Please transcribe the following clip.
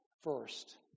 first